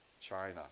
China